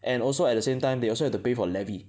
and also at the same time they also have to pay for levy